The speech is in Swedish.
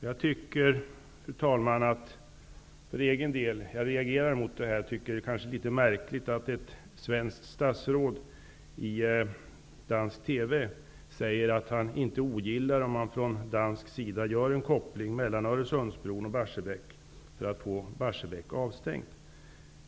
Jag reagerar för egen del, fru talman, mot detta och tycker att det är litet märkligt att ett svenskt statsråd i dansk TV säger att han inte ogillar om man från dansk sida gör en koppling mellan Öresundsbron och Barsebäck för att få Barsebäck avstängt.